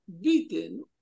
beaten